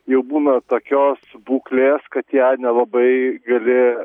jau būna tokios būklės kad ją nelabai gali